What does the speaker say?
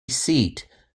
seat